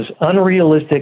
unrealistic